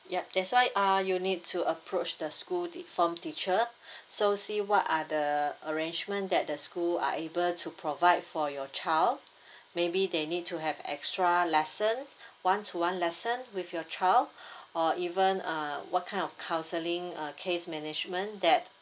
yup that's why uh you'll need to approach the school the form teacher so see what are the arrangement that the school are able to provide for your child maybe they need to have extra lessons one to one lesson with your child or even uh what kind of counseling uh case management that